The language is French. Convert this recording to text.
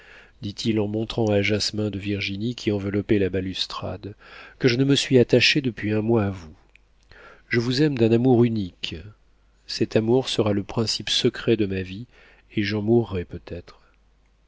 dit-il en montrant un jasmin de virginie qui enveloppait la balustrade que je ne me suis attaché depuis un mois à vous je vous aime d'un amour unique cet amour sera le principe secret de ma vie et j'en mourrai peut-être